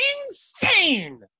Insane